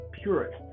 purist